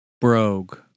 Brogue